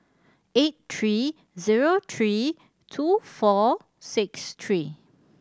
eight three zero three two four six three